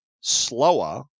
slower